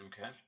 okay